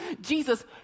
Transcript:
Jesus